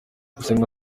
gusenga